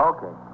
Okay